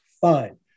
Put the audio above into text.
Fine